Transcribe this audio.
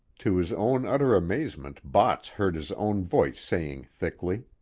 to his own utter amazement botts heard his own voice saying thickly.